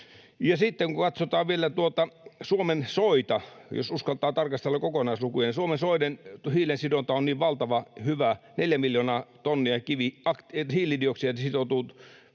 Sitten kun katsotaan vielä Suomen soita, niin jos uskaltaa tarkastella kokonaislukuja, Suomen soiden hiilensidonta on niin valtavan hyvä, 4 miljoonaa tonnia hiilidioksidia sitoutuu